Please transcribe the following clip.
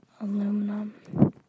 Aluminum